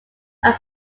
are